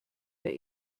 der